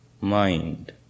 mind